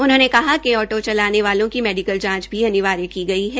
उन्होंने कहा कि ऑटो चलाने वालों की मेडिकल जांच भी अनिवार्य की गई है